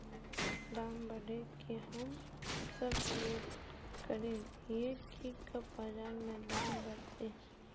दाम बढ़े के हम सब वैट करे हिये की कब बाजार में दाम बढ़ते?